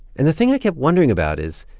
and the thing i kept wondering about is,